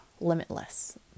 limitless